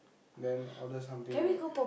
then order something wet